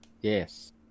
Yes